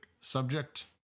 subject